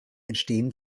entstehen